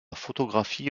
photographie